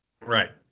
Right